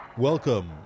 Welcome